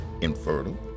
infertile